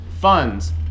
funds